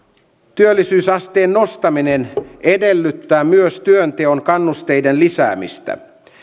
työllisyysasteen nostaminen edellyttää myös työnteon kannusteiden lisäämistä